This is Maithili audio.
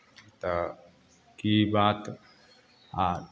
तऽ कि बात आओर